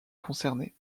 concernées